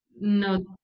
no